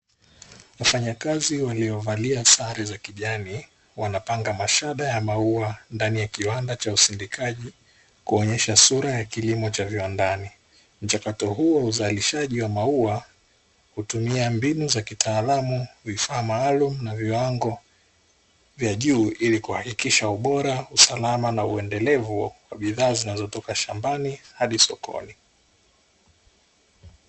Wafanyakazi waliovalia sare za kijani wanapanga mashada ya maua ndani ya kiwanda cha usindikaji kuonyesha sura ya kilimo cha viwandani, mchakato huo wa uzalishaji wa maua hutumia mbinu za kitaalamu, vifaa maalumu na viwango vya juu ili kuhakikisha ubora, usalama na uendelevu wa bidhaa zinazotoka shambani hadi sokoni.